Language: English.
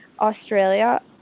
Australia